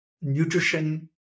nutrition